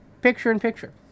picture-in-picture